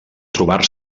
trobar